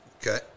Okay